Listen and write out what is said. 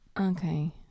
Okay